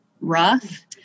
rough